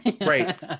Right